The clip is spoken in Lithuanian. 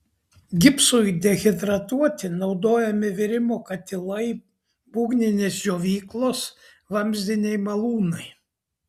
gipsui dehidratuoti naudojami virimo katilai būgninės džiovyklos vamzdiniai malūnai